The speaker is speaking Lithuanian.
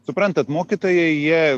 suprantat mokytojai jie